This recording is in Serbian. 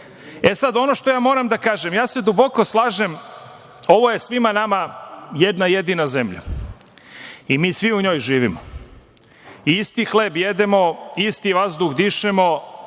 glađu. Ono što moram da kažem, duboko se slažem, ovo je svima nama jedna jedina zemlja i mi svi u njoj živimo i isti hleb jedemo, isti vazduh dišemo